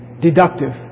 deductive